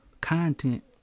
Content